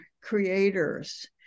creators